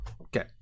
Okay